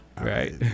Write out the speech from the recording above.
Right